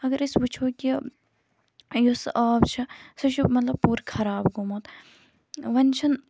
اگر أسۍ وٕچھو کہِ یُس آب چھُ سُہ چھُ مطلب پوٗرٕ خراب گوٚمُت وۄنۍ چھُنہٕ